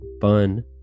fun